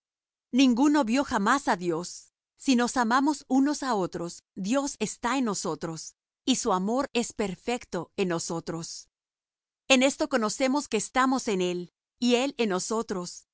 ninguno vió jamás á dios si nos amamos unos á otros dios está en nosotros y su amor es perfecto en nosotros en esto conocemos que estamos en él y él en nosotros